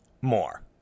more